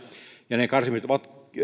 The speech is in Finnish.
ja ne karsimiset ovat